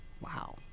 wow